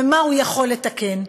ומה הוא יכול לתקן,